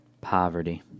poverty